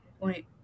point